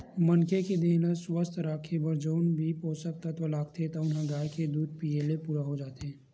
मनखे के देहे ल सुवस्थ राखे बर जउन भी पोसक तत्व लागथे तउन ह गाय के दूद पीए ले पूरा हो जाथे